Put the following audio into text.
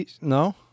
No